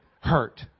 hurt